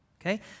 Okay